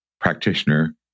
practitioner